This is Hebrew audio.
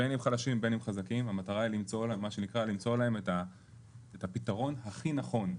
בין אם חלשים ובין אם חזקים המטרה היא למצוא להם את הפתרון הכי נכון.